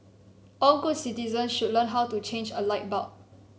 all good citizens should learn how to change a light bulb